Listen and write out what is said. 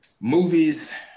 Movies